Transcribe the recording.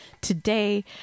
Today